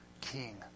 king